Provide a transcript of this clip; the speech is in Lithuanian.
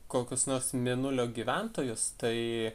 kokius nors mėnulio gyventojus tai